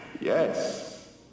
yes